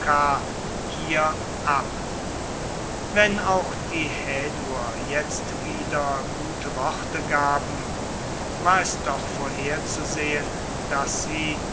hier ab wenn auch die häduer jetzt wieder gute worte gaben war es doch vorherzusehen daß sie